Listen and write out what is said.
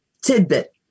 tidbit